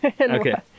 okay